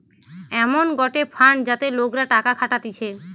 এমন গটে ফান্ড যাতে লোকরা টাকা খাটাতিছে